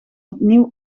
opnieuw